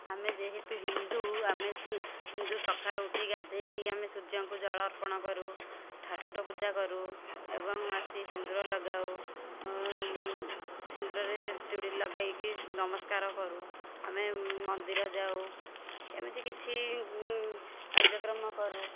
ଆମେ ଯେହେତୁ ହିନ୍ଦୁ ଆମେ ହିନ୍ଦୁ ସକାଳୁ ଉଠି ଗାଧୋଇ ଆମେ ସୂର୍ଯ୍ୟଙ୍କୁ ଜଳ ଅର୍ପଣ କରୁ ଠାକୁର ପୂଜା କରୁ ଏବଂ ଆସି ସିନ୍ଦୂର ଲଗାଉ ସିନ୍ଦୂରରେ ଯୋଡ଼ି ଲଗାଇକି ନମସ୍କାର କରୁ ଆମେ ମନ୍ଦିର ଯାଉ ଏମିତି କିଛି କାର୍ଯ୍ୟକ୍ରମ କରୁ